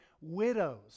widows